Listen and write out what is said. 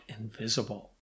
invisible